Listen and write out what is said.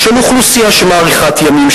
של אוכלוסייה שמאריכה ימים,